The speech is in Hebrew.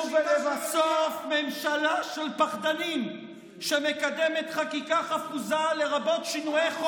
אתם המצאתם את השיטה של הרמייה.